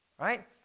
Right